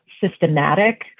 systematic